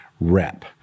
rep